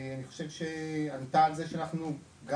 אני חושב שענתה על זה שאנחנו גם,